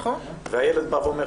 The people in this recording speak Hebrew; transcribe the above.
והילד אומר,